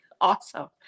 awesome